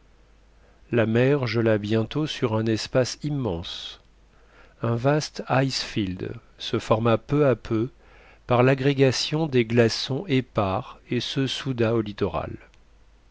la mer gela bientôt sur un espace immense un vaste icefield se forma peu à peu par l'agrégation des glaçons épars et se souda au littoral